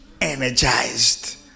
energized